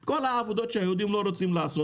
את כל העבודות שהיהודים לא רוצים לעשות,